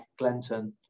Glenton